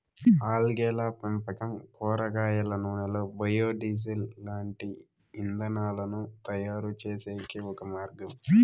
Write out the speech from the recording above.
ఆల్గేల పెంపకం కూరగాయల నూనెలు, బయో డీజిల్ లాంటి జీవ ఇంధనాలను తయారుచేసేకి ఒక మార్గం